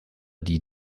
die